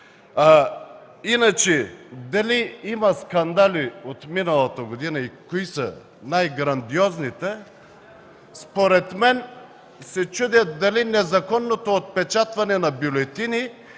иначе, дали има скандали от миналата година и кои са най-грандиозните? Аз се чудя дали незаконното отпечатване на бюлетини,